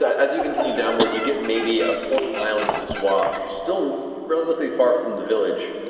as you continue downward, you get maybe a quarter-mile into this walk, still relatively far from the village,